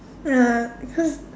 ah because